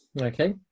okay